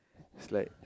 it's like